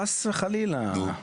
חס וחלילה,